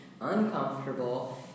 uncomfortable